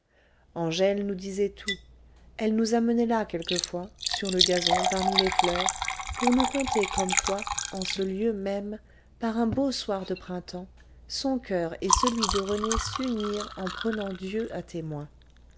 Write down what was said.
angèle nous disait tout elle nous amenait là quelquefois sur le gazon parmi les fleurs pour nous conter comme quoi en ce lieu même par un beau soir de printemps son coeur et celui de rené s'unirent en prenant dieu à témoin